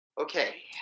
Okay